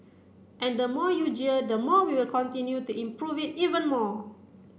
and the more you jeer the more we will continue to improve it even more